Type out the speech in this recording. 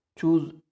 Choose